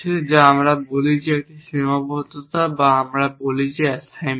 যা আমরা বলি যে একটি সীমাবদ্ধতা বা আমরা বলি যে অ্যাসাইনমেন্ট